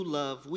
love